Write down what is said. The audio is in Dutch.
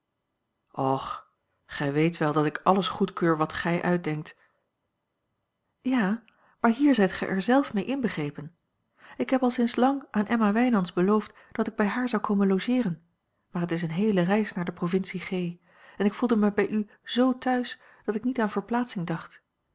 gij weet wel dat ik alles goedkeur wat gij uitdenkt ja maar hier zijt gij er zelf mee inbegrrepen ik heb al sinds lang aan emma wijnands beloofd dat ik bij haar zou komen logeeren maar het is eene heele reis naar de provincie g en ik voelde mij bij u z thuis dat ik niet aan verplaatsing dacht